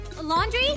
Laundry